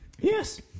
Yes